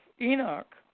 Enoch